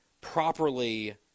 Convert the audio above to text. properly